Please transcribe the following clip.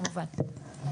כמובן.